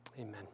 amen